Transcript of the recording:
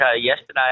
yesterday